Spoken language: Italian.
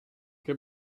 che